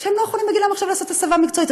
שלא יכולים להגיד להם עכשיו לעשות הסבה מקצועית,